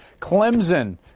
Clemson